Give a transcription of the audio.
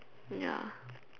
ya